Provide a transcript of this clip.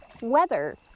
weather